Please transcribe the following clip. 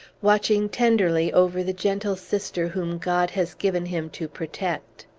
watching tenderly over the gentle sister whom god has given him to protect.